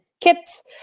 kits